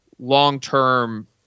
long-term